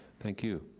thank you.